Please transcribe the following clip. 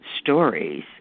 stories